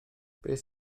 beth